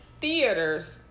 theaters